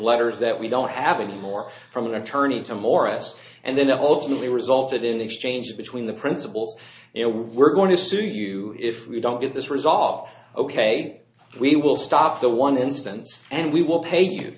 letters that we don't have anymore from an attorney to morris and then ultimately resulted in the exchange between the principals you know we're going to sue you if we don't get this resolved ok we will stop the one instance and we will pay you